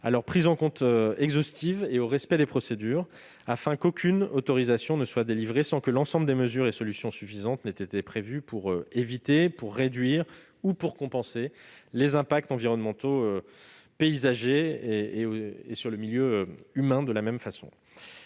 à leur prise en compte exhaustive et au respect des procédures afin qu'aucune autorisation ne soit délivrée sans que l'ensemble des mesures et solutions suffisantes ait été prévu pour éviter, pour réduire ou pour compenser les impacts environnementaux, paysagers et sur le milieu humain. À ce titre,